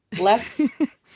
less